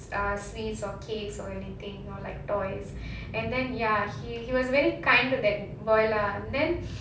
ah sweets or cakes or anything or like toys and then ya he he was very kind to that boy lah then